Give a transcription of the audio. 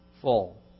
full